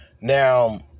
Now